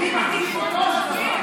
הם מסכימים איתי אבל שותקים.